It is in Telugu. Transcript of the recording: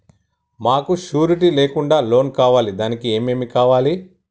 మాకు షూరిటీ లేకుండా లోన్ కావాలి దానికి ఏమేమి కావాలి?